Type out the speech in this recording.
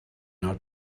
not